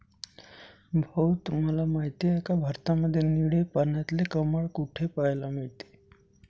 भाऊ तुम्हाला माहिती आहे का, भारतामध्ये निळे पाण्यातले कमळ कुठे पाहायला मिळते?